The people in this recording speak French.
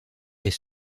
est